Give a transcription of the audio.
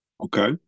Okay